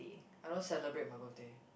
I don't celebrate my birthday